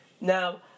Now